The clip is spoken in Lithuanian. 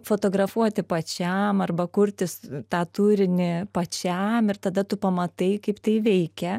fotografuoti pačiam arba kurtis tą turinį pačiam ir tada tu pamatai kaip tai veikia